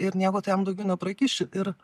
ir nieko tu jam daugiau neprakiši ir